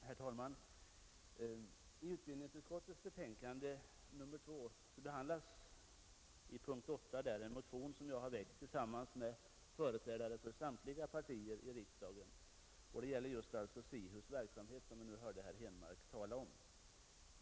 Herr talman! I utbildningsutskottets betänkande nr 2, punkt 8, behandlas en motion som jag har väckt tillsammans med företrädare för samtliga partier i riksdagen. Den motionen handlar om verksamheten vid SIHUS.